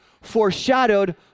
foreshadowed